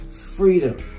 freedom